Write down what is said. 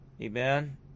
Amen